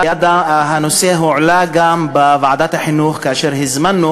הנושא הועלה גם בוועדת החינוך כאשר הזמנו